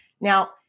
Now